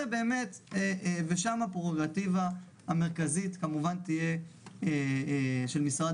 ושם הפררוגטיבה המרכזית כמובן תהיה של משרד